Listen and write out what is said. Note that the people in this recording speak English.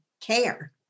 care